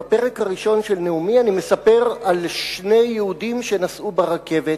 בפרק הראשון של נאומי אני מספר על שני יהודים שנסעו ברכבת,